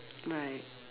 my